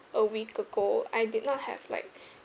a week ago I did not have like